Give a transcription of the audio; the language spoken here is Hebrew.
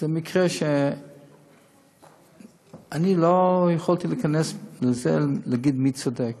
זה מקרה שלא יכולתי להיכנס לזה ולהגיד מי צודק,